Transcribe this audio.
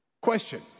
Question